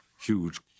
huge